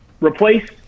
replace